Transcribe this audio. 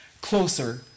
closer